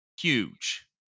huge